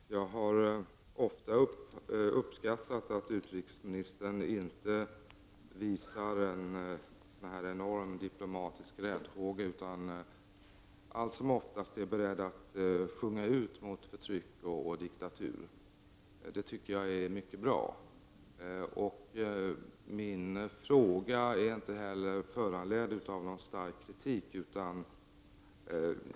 Herr talman! Jag har ofta uppskattat att utrikesministern inte visar någon enorm diplomatisk räddhåga utan allt som oftast är beredd att sjunga ut mot förtryck och diktatur. Det tycker jag är mycket bra. Min fråga är inte heller föranledd av någon stark kritik.